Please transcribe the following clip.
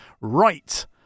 right